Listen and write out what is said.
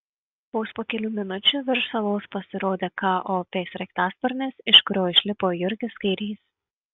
vos po kelių minučių virš salos pasirodė kop sraigtasparnis iš kurio išlipo jurgis kairys